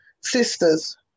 sisters